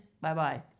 Bye-bye